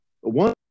one